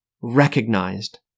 recognized